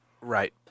Right